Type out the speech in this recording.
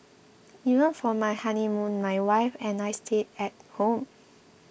even for my honeymoon my wife and I stayed at home